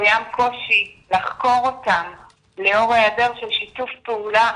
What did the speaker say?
קיים קושי לחקור אותם לאור היעדר של שיתוף פעולה